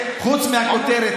אוסאמה,